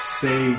say